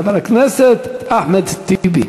חבר הכנסת אחמד טיבי,